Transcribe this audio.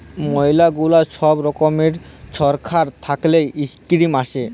ম্যালা গুলা ছব রকমের ছরকার থ্যাইকে ইস্কিম আসে